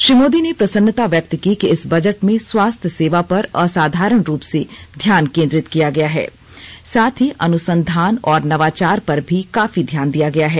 श्री मोदी ने प्रसन्नता व्यक्त की कि इस बजट में स्वास्थ्य सेवा पर असाधारण रूप से ध्यान केन्द्रित किया गया है साथ ही अनुसंधान और नवाचार पर भी काफी ध्यान दिया गया है